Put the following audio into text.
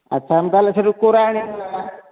ଆଚ୍ଛା ଆମେ ତାହେଲେ ସେଠୁ କୋରା ଆଣିବା